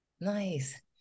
nice